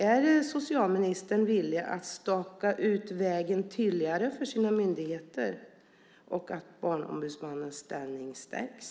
Är socialministern villig att staka ut vägen tydligare för sina myndigheter och se till att Barnombudsmannens ställning stärks?